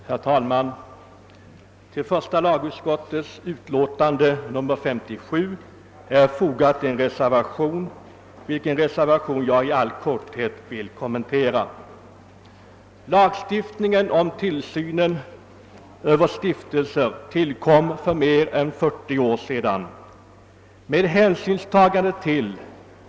Herr talman! Till första lagutskottets utlåtande nr 57 är fogad en reservation, vilken jag i all korthet vill kommentera. Lagen om tillsyn över stiftelser tillkom för mer än 40 år sedan.